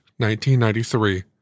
1993